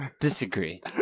Disagree